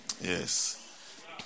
Yes